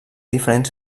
diferents